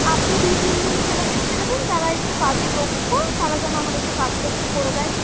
আপনি দুই তিনজন ছেলেকে দিয়ে দেবেন যারা একটু কাজে দক্ষ তারা যেন আমার এসে কাজটা একটু করে দেয়